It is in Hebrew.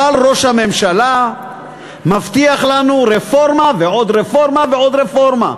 אבל ראש הממשלה מבטיח לנו רפורמה ועוד רפורמה ועוד רפורמה.